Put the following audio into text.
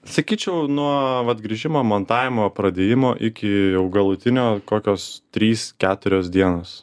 sakyčiau nuo vat grįžimo montavimo pradėjimo iki galutinio kokios trys keturios dienos